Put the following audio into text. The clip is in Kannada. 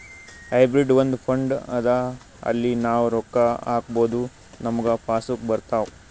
ಹೈಬ್ರಿಡ್ ಒಂದ್ ಫಂಡ್ ಅದಾ ಅಲ್ಲಿ ನಾವ್ ರೊಕ್ಕಾ ಹಾಕ್ಬೋದ್ ನಮುಗ ವಾಪಸ್ ಬರ್ತಾವ್